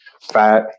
FAT